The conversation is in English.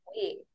wait